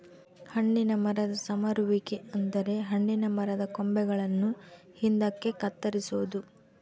ಹಣ್ಣಿನ ಮರದ ಸಮರುವಿಕೆ ಅಂದರೆ ಹಣ್ಣಿನ ಮರದ ಕೊಂಬೆಗಳನ್ನು ಹಿಂದಕ್ಕೆ ಕತ್ತರಿಸೊದು